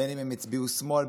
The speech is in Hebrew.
בין שהם הצביעו שמאל,